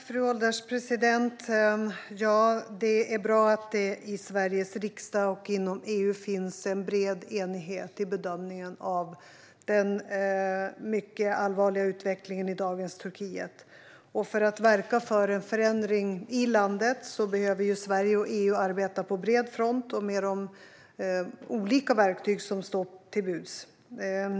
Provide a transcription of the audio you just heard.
Fru ålderspresident! Det är bra att det i Sveriges riksdag och inom EU finns en bred enighet i bedömningen av den mycket allvarliga utvecklingen i dagens Turkiet. För att verka för en förändring i landet behöver Sverige och EU arbeta på bred front och med de olika verktyg som står till buds.